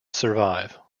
survive